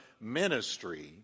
ministry